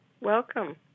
welcome